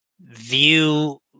view